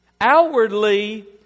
Outwardly